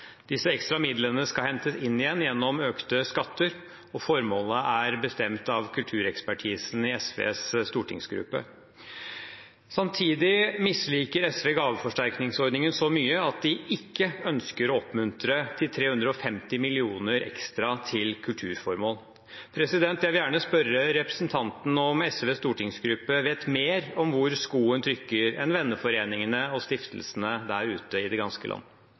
Disse ekstra midlene skal hentes inn igjen gjennom økte skatter, og formålet er bestemt av kulturekspertisen i SVs stortingsgruppe. Samtidig misliker SV gaveforsterkningsordningen så mye at de ikke ønsker å oppmuntre til 350 mill. kr ekstra til kulturformål. Jeg vil gjerne spørre representanten om SVs stortingsgruppe vet mer om hvor skoen trykker, enn venneforeningene og stiftelsene der ute i det ganske land.